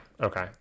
okay